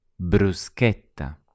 bruschetta